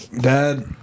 Dad